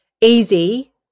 easy